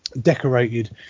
decorated